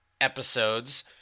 episodes